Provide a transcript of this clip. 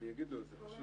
אני מודה לכולם.